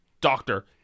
doctor